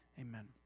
Amen